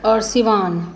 और सिवान